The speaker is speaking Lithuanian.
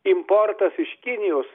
importas iš kinijos